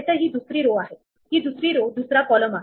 आता याचे शेजारी 2 0 आणि 2 असे आहेत